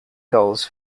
goals